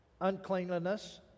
uncleanliness